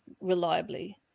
reliably